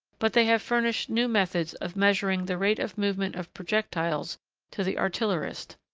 but they have furnished new methods of measuring the rate of movement of projectiles to the artillerist.